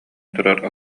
туран